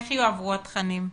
איך יועברו התכנים?